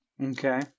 Okay